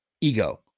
ego